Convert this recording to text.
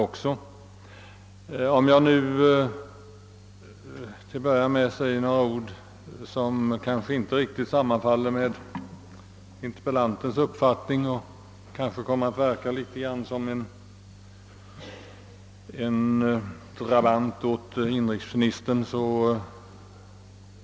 Jag hoppas det må vara mig förlåtet om jag nu till att börja med säger några ord, som kanske inte riktigt sammanfaller med interpellantens uppfattning och som kanske kommer mig att framstå som något av en dra bant till inrikesministern.